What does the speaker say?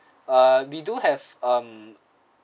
uh we do have um